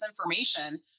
information